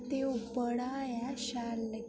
ते ओह् बड़ा गै शैल लग्गेआ